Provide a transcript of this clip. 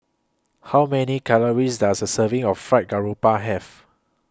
How Many Calories Does A Serving of Fried Garoupa Have